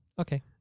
okay